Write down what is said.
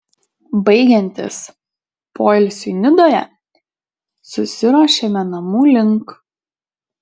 baigiantis poilsiui nidoje susiruošėme namų link